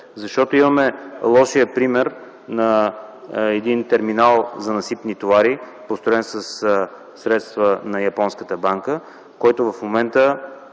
Защото имаме лошия пример на един терминал за насипни товари, построен със средства на японската банка, който в момента